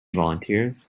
volunteers